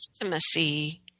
Intimacy